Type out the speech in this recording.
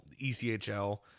ECHL